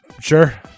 sure